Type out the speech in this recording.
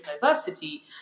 diversity